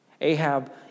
Ahab